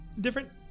different